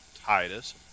Titus